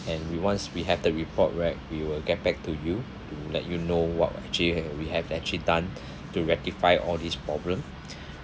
and we once we have the report right we will get back to you to let you know what actually we have actually done to rectify all these problem